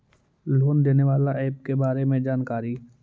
Loan देने बाला app के बारे मे जानकारी?